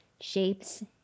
shapes